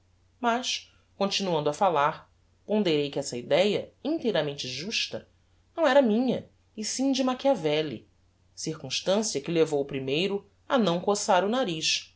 mas continuando a falar ponderei que essa idéa inteiramente justa não era minha e sim de machiavelli circumstancia que levou o primeiro a não coçar o nariz